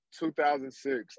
2006